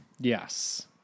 yes